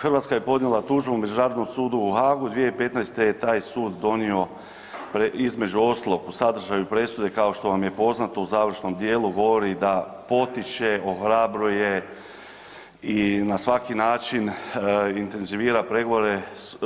Hrvatska je podnijela tužbu Međunarodnom sudu u Haagu, 2015. je taj sud donio, između ostalog po sadržaju presude kao što vam je poznato u završnom dijelu govori da potiče, ohrabruje i na svaki način intenzivira pregovore